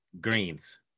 Greens